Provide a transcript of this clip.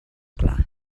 clar